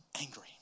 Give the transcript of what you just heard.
angry